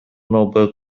noble